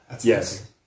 Yes